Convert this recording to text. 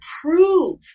prove